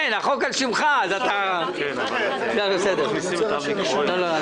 החוק הזה הוא לא נושא של ועדת הכספים,